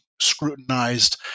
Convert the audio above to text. scrutinized